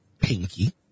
Pinky